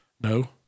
No